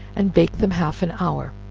and bake them half an hour